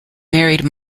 married